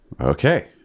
Okay